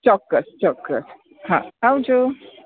ચોક્કસ ચોક્કસ હા આવજો